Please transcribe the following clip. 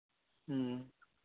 ᱦᱮᱸ